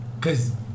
Cause